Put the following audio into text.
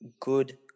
good